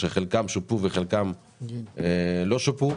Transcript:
שחלקם שופו וחלקם לא שופו.